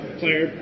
player